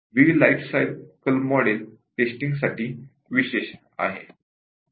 V life cycle model टेस्टिंगसाठी विशेष आहे